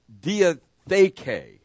diatheke